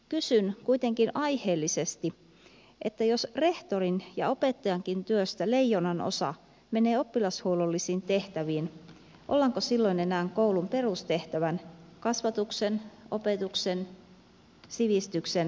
kysyn kuitenkin aiheellisesti että jos rehtorin ja opettajankin työstä leijonanosa menee oppilashuollollisiin tehtäviin ollaanko silloin enää koulun perustehtävän kasvatuksen opetuksen sivistyksen äärellä